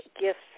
gifts